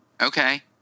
Okay